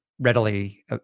readily